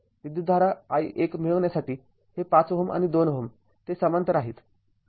विद्युतधारा i१ मिळविण्यासाठी हे ५ Ω आणि २ Ω ते समांतर आहेत